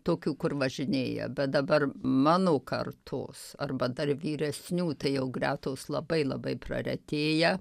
tokių kur važinėja bet dabar mano kartos arba dar vyresnių tai jau gretos labai labai praretėję